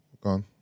Gone